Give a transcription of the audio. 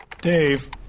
Dave